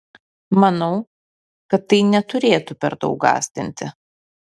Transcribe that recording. manau kad tai neturėtų per daug gąsdinti